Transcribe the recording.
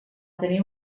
tenir